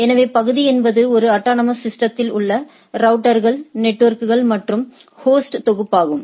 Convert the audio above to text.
எனவே பகுதி என்பது ஒரு அட்டானமஸ் சிஸ்டதில் உள்ள ரவுட்டர்கள் நெட்வொர்க் மற்றும் ஹோஸ்டின் தொகுப்பாகும்